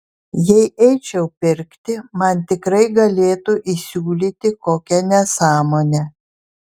jei eičiau pirkti man tikrai galėtų įsiūlyti kokią nesąmonę